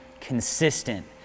consistent